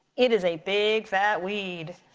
it is a big fat weed.